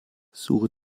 suche